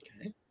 okay